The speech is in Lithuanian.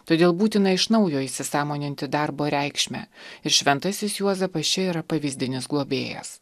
todėl būtina iš naujo įsisąmoninti darbo reikšmę ir šventasis juozapas čia yra pavyzdinis globėjas